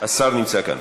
השר נמצא כאן.